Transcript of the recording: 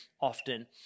often